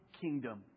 kingdom